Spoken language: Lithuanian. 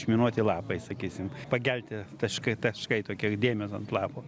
išminuoti lapai sakysim pageltę taškai tašai tokie dėmės ant lapų